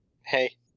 Hey